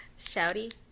Shouty